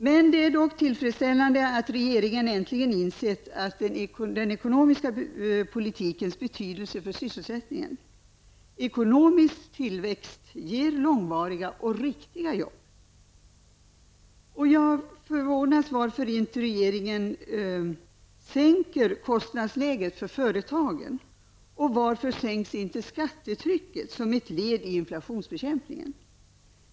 Men det är tillfredsställande att regeringen äntligen har insett den ekonomiska politikens betydelse för sysselsättningen. Ekonomisk tillväxt ger långvariga och riktiga jobb. Jag förvånas över att regeringen inte sänker kostnadsläget för företagen. Varför sänks inte skattetrycket som ett led i inflationsbekämpningen?